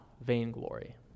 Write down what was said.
Vainglory